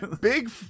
Big